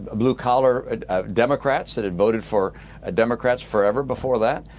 ah blue collar democrats that had voted for ah democrats forever before that.